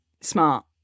smart